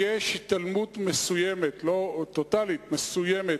יש התעלמות מסוימת, לא טוטלית, מסוימת,